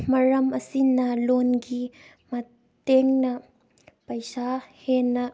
ꯃꯔꯝ ꯑꯁꯤꯅ ꯂꯣꯟꯒꯤ ꯃꯇꯦꯡꯅ ꯄꯩꯁꯥ ꯍꯦꯟꯅ